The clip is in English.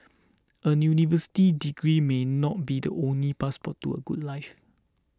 a university degree may not be the only passport to a good life